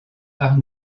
art